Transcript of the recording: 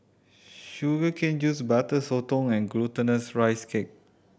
sugar cane juice Butter Sotong and Glutinous Rice Cake